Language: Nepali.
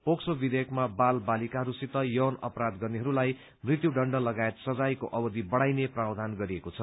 पोक्सो विधेयकमा बाल बालिकाहरूसित यौन अपराध गर्नेहरूलाई मृत्यू दण्ड लगायत सजायको अवधि बढ़ाइने प्रावधान गरिएको छ